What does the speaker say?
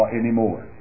anymore